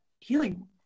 healing